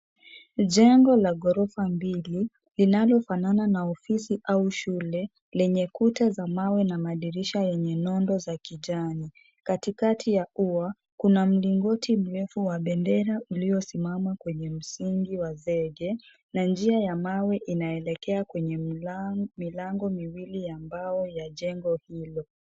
Jengo la gorofa mbili, linalofanana na ofisi au shule, lenye kuta za mawe na madirisha yenye nondo za kijani. Katikati ya ua, kuna mlingoti mrefu wa bendera, uliosimama kwenye msingi wa zege na njia ya mawe inaelekea kwenye milango,,milango miwili ya mbao ya jengo hilo.